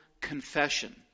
confession